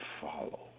follow